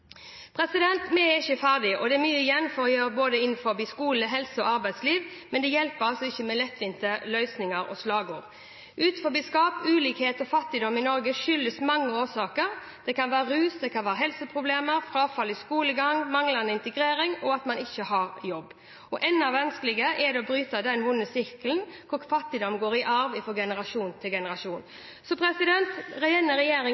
Vi er ikke ferdige, og det er mye igjen å gjøre innenfor skole, helse og arbeidsliv, men det hjelper altså ikke med lettvinte løsninger og slagord. Utenforskap, ulikhet og fattigdom i Norge har mange årsaker. Det kan være rus og helseproblemer, frafall i skolegang, manglende integrering og at man ikke har jobb. Enda vanskeligere er det å bryte den vonde sirkelen hvor fattigdom går i arv fra generasjon til generasjon. Denne regjeringen